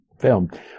filmed